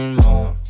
more